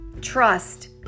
trust